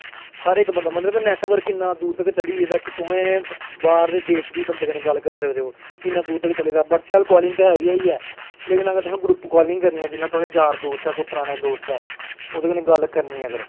हर इक बंदा मतलव किन्नें दूर तक तुस बाह्र दे देश बी बंदें कन्नैं गल्ल बात करी सकदे हो इन्नें दूर तक चलदा ऐ ब्हटसैप कालिंग दा इयै ऐ लेकिन जेकर तुसें ग्रुप कालिंग करनी ऐ जे तोआढ़ा कोई यार दोस्त ऐ ओह्दे कन्नैं गल्ल करनी ऐ अगर